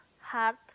hard